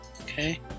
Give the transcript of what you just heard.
Okay